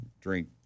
drink